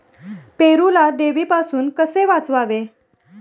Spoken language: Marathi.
पेरूला देवीपासून कसे वाचवावे?